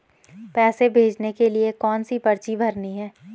पैसे भेजने के लिए कौनसी पर्ची भरनी है?